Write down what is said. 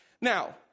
Now